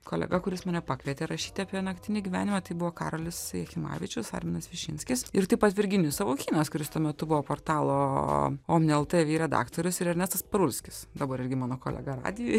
kolega kuris mane pakvietė rašyti apie naktinį gyvenimą tai buvo karolis jachimavičius arminas višinskis ir taip pat virginijus savukynas kuris tuo metu buvo portalo omni lt vyr redaktorius ir ernestas parulskis dabar irgi mano kolega radijuj